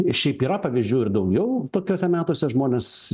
šiaip yra pavyzdžių ir daugiau tokiuose metuose žmonės